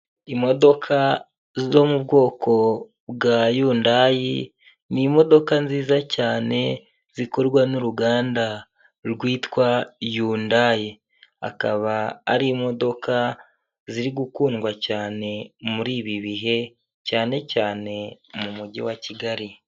Imodoka zo mu bwoko bwa Yundayi, ni imodoka nziza cyane zikorwa n'uruganda rwitwa Yundayi, akaba ari imodoka ziri gukundwa cyane muri ibi bihe cyane cyane mu mujyi wa Kigali.